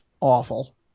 awful